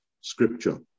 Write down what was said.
scripture